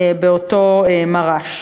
באותו מר"ש.